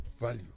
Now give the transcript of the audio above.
value